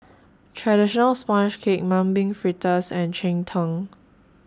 Traditional Sponge Cake Mung Bean Fritters and Cheng Tng